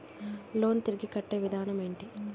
Loan తిరిగి కట్టే విధానం ఎంటి?